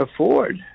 afford